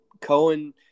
Cohen